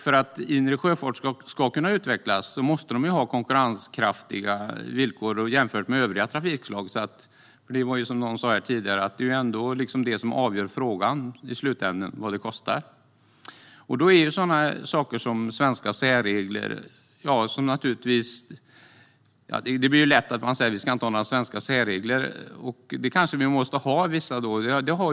För att inre sjöfart ska kunna utvecklas måste den ha konkurrenskraftiga villkor jämfört med övriga trafikslag. Som någon sa här tidigare är det ändå kostnaden som avgör frågan i slutänden. Det är lätt att säga att vi inte ska ha några svenska särregler, men vissa måste vi kanske ha.